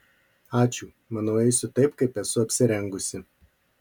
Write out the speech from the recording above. ačiū manau eisiu taip kaip esu apsirengusi